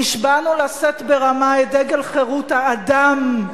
נשבענו לשאת ברמה את דגל חירות האדם,